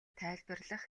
тайлбарлах